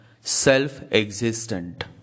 self-existent